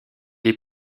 est